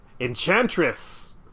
Enchantress